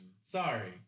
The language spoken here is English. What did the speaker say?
Sorry